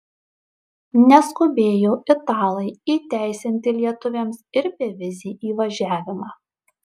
neskubėjo italai įteisinti lietuviams ir bevizį įvažiavimą